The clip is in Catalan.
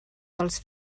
dels